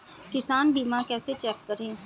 किसान बीमा कैसे चेक करें?